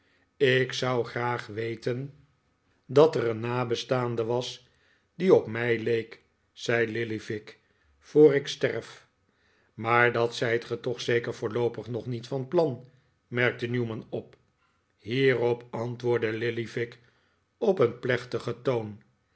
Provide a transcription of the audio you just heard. ik zou graag weten dat er een nabestaande was die op mij leek zei lillyvick voor ik sterf maar dat zijt ge toch zeker voorloopig nog niet van plan merkte newman op hierop antwoordde lillyvick op een plechtigen toon